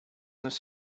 his